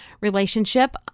relationship